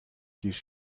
his